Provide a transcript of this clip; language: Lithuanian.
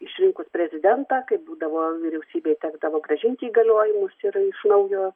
išrinkus prezidentą kaip būdavo vyriausybei tekdavo grąžinti įgaliojimus ir iš naujo